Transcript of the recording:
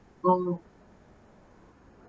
oh